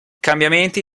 cambiamenti